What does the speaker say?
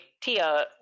Tia